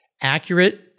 accurate